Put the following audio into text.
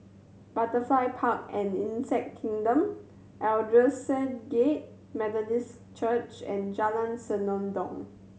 Butterfly Park and Insect Kingdom Aldersgate Methodist Church and Jalan Senandong